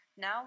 Now